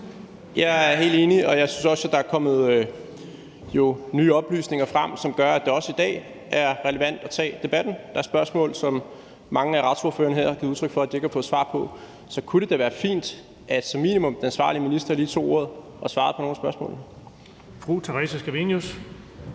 Jeg er helt enig, og jeg synes også, der er kommet nye oplysninger frem, som gør, at det også i dag er relevant at tage debatten. Der er spørgsmål, som mange af retsordførerne her har givet udtryk for at de ikke har fået svar på. Så kunne det da være fint, at som minimum den ansvarlige minister tog ordet og svarede på nogle af spørgsmålene.